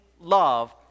love